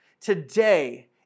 today